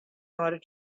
order